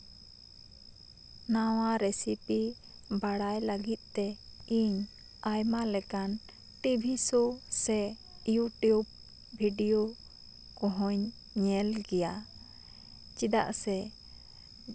ᱱᱟᱣᱟ ᱨᱮᱥᱤᱯᱤ ᱵᱟᱲᱟᱭ ᱞᱟᱹᱜᱤᱫ ᱛᱮ ᱤᱧ ᱟᱭᱢᱟ ᱞᱮᱠᱟᱱ ᱴᱤᱵᱷᱤ ᱥᱳ ᱥᱮ ᱤᱭᱩᱴᱩᱵ ᱵᱷᱤᱰᱤᱭᱳ ᱠᱚᱦᱚᱧ ᱧᱮᱞ ᱜᱮᱭᱟ ᱪᱮᱫᱟᱜ ᱥᱮ